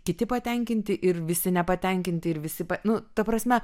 kiti patenkinti ir visi nepatenkinti ir visi nu ta prasme